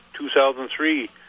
2003